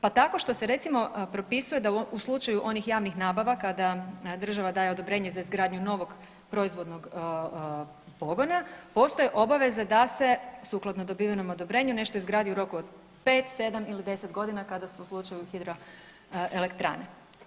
Pa tako što se recimo propisuje da u slučaju onih javnih nabava kada država daje odobrenje za izgradnju novog proizvodnog pogona postoje obaveze da se sukladno dobivenom odobrenju nešto izgradi u roku od 5, 7 ili 10 godina kada su u slučaju hidroelektrane.